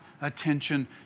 attention